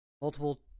multiple